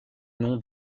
nom